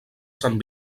sant